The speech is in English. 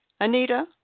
Anita